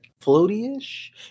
Floaty-ish